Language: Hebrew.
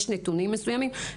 יש נתונים מסוימים.